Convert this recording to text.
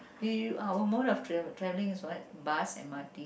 did you are the most our travelling is what bus and m_r_t